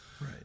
Right